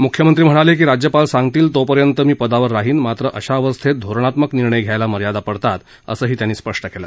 मुख्यमंत्री म्हणाले की राज्यपाल सांगतील तोपर्यंत मी पदावर राहीन मात्र अशा अवस्थेत धोरणात्मक निर्णय घ्यायला मर्यादा पडतात असंही त्यांनी स्पष्ट केलं